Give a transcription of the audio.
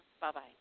Bye-bye